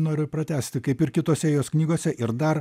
noriu pratęsti kaip ir kitose jos knygose ir dar